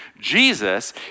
Jesus